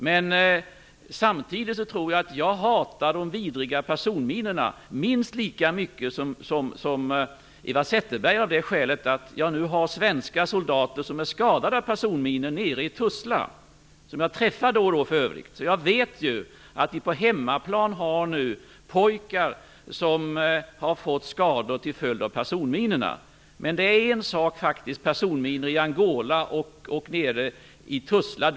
Men samtidigt tror jag att jag hatar de vidriga personminorna minst lika mycket som Eva Zetterberg gör, av det skälet att svenska soldater har skadats av personminor nere i Tuzla. Dessa soldater träffar jag då och då för övrigt. Jag vet ju att det på hemmaplan finns pojkar som har fått skador till följd av personminorna. Men personminor i Angola och i Tuzla är faktiskt en sak.